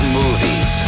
movies